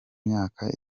myaka